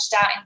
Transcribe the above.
out